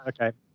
Okay